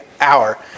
hour